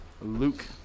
Luke